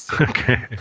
Okay